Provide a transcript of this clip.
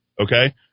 okay